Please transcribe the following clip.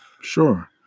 Sure